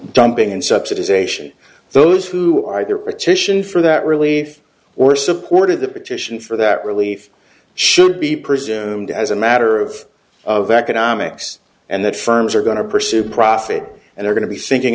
subsidization those who either petition for that relief or supported the petition for that relief should be presumed as a matter of of economics and that firms are going to pursue profit and they're going to be thinking